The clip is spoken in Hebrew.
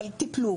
אבל טיפלו,